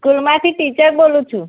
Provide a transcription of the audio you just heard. સ્કૂલમાંથી ટીચર બોલું છું